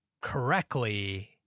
correctly